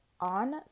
on